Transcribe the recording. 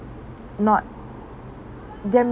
not them